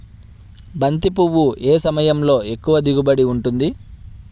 బంతి పువ్వు ఏ సమయంలో ఎక్కువ దిగుబడి ఉంటుంది?